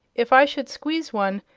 if i should squeeze one,